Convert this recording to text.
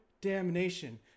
damnation